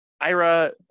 IRA